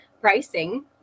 pricing